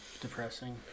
Depressing